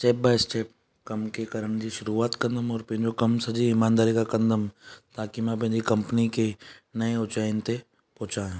step by step कमु खे करण जी शुरूआति कदुंमि और पंहिंजो कमु सॼी ईमानदारी सां कंदुमि ताक़ी मां पंहिंजी कम्पनी खे नई ऊचाइयुनि ते पहुचायां